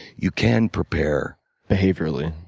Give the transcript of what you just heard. you can prepare behaviorally.